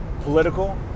political